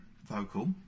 vocal